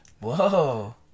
Whoa